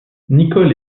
nicholl